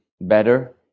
better